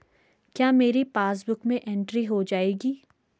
क्या मेरी पासबुक में एंट्री हो जाएगी?